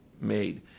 made